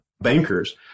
bankers